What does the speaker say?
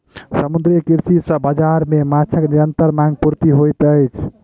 समुद्रीय कृषि सॅ बाजार मे माँछक निरंतर मांग पूर्ति होइत अछि